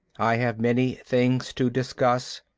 i have many things to discuss.